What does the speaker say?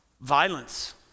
violence